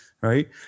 right